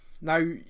Now